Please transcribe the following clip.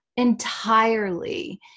entirely